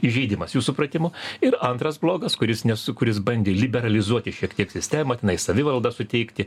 įžeidimas jų supratimu ir antras blogas kuris nesu kuris bandė liberalizuoti šiek tiek sistemą tenai savivaldą suteikti